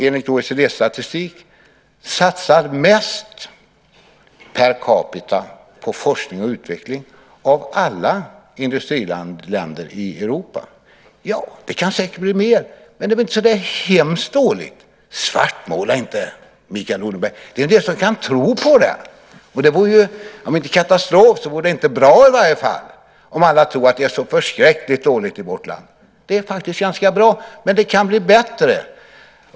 Enligt OECD-statistik satsar vårt land mest per capita på forskning och utveckling av alla industriländer i Europa. Det kan säkert bli mer, men det är väl inte så hemskt dåligt? Svartmåla inte, Mikael Odenberg! Det är en del som kan tro på dig. Och det vore ju - om inte katastrof så i varje fall inte bra om alla tror att det är så förskräckligt dåligt i vårt land. Det är faktiskt ganska bra, men det kan bli bättre.